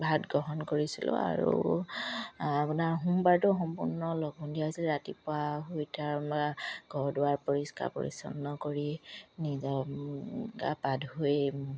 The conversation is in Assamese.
ভাত গ্ৰহণ কৰিছিলোঁ আৰু আপোনাৰ সোমবাৰটো সম্পূৰ্ণ লঘোন দিয়া হৈছিল ৰাতিপুৱা শুই উঠা ঘৰ দুৱাৰ পৰিষ্কাৰ পৰিচ্ছন্ন কৰি নিজৰ গা পা ধুই